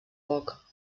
poc